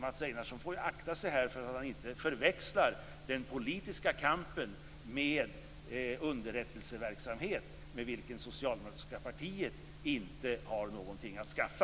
Mats Einarsson får akta sig här så att han inte förväxlar den politiska kampen med underrättelseverksamhet, med vilken det socialdemokratiska partiet inte har någonting att skaffa.